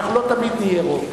אנחנו לא תמיד נהיה רוב